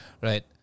right